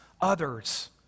others